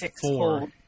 four